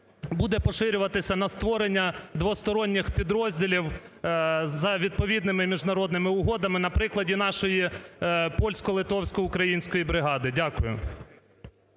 буде поширюватися на створення двосторонніх підрозділів за відповідними міжнародними угодами на прикладі нашої польсько-литовсько-української бригади. Дякую.